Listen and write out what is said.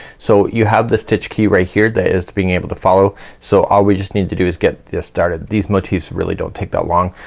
so you have the stitch key right here that is to being able to follow so all we just need to do is get this started. these motifs really don't take that long.